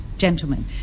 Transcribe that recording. gentlemen